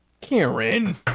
Karen